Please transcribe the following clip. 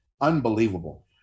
unbelievable